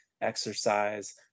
exercise